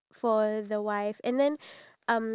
plus positive